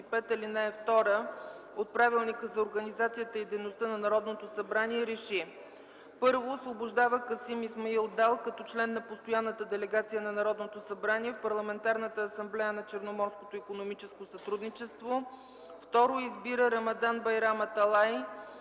4 и чл. 35, ал. 2 от Правилника за организацията и дейността на Народното събрание РЕШИ: 1. Освобождава Касим Исмаил Дал като член на Постоянната делегация на Народното събрание в Парламентарната асамблея на Черноморското икономическо сътрудничество. 2. Избира Рамадан Байрам Аталай